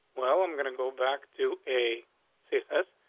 well, i'm gonna go back to a sickness.